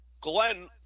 Glenn